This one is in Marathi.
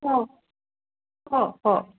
हो हो हो